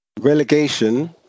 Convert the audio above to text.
Relegation